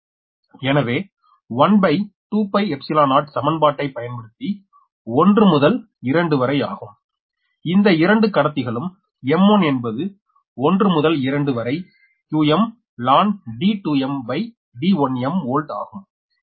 எனவே 120 சமன்பாட்டை பயன்படுத்தி 1 முதல் 2 வரை ஆகும் இந்த 2 கடத்திகளும் m என்பது 1 முதல் 2 வரை qmlnD2mD1m வோல்ட் ஆகும்